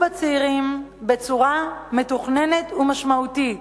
בצעירים בצורה מתוכננת ומשמעותית,